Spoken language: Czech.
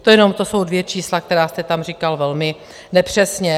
To jenom, to jsou dvě čísla, která jste tam říkal velmi nepřesně.